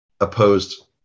opposed